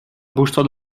busto